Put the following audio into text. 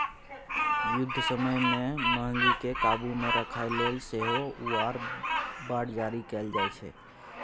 युद्ध समय मे महगीकेँ काबु मे राखय लेल सेहो वॉर बॉड जारी कएल जाइ छै